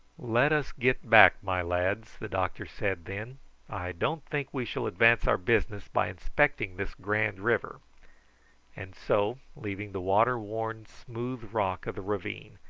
let us get back, my lads, the doctor said then i don't think we shall advance our business by inspecting this grand river and so leaving the water-worn smooth rock of the ravine,